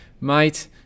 mate